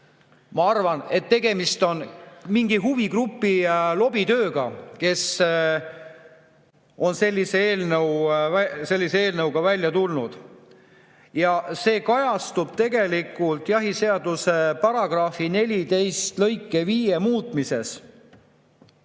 Ma arvan, et tegemist on mingi huvigrupi lobitööga, kes on sellise eelnõuga välja tulnud. See kajastub tegelikult jahiseaduse § 14 lõike 5 muutmises,